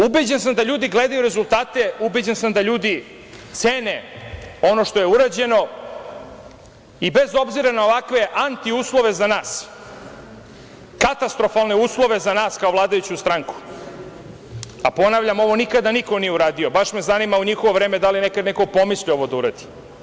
Ubeđen sam da ljudi gledaju rezultate i da ljudi cene ono što je urađeno i bez obzira na ovakve antiuslove za nas, katastrofalne uslove za nas, kao vladajuću stranku, a ponavljam, ovo niko nikada nije uradio, baš me zanima da li je neko nekada u njihovo vreme, pomislio da ovo uradi.